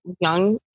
young